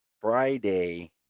Friday